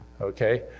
Okay